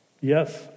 yes